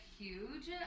huge